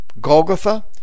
Golgotha